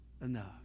enough